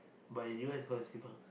but in U_S cause it's cheaper